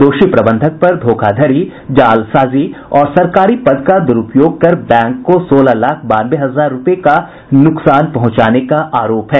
दोषी प्रबंधक पर धोखाधड़ी जालसाजी और सरकारी पद का दुरुपयोग कर बैंक को सोलह लाख बानवे हजार रुपये का नुकसान पहुंचाने का आरोप था